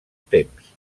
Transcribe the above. temps